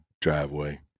driveway